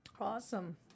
awesome